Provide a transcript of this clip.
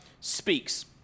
speaks